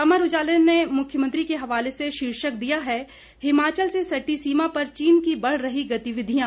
अमर उजाला ने मुख्यमंत्री के हवाले से शीर्षक दिया है हिमाचल से सटी सीमा पर चीन की बढ़ रही गतिविधियां